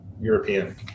European